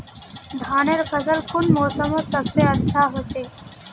धानेर फसल कुन मोसमोत सबसे अच्छा होचे?